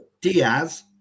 Diaz